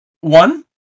One